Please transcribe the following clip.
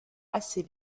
assez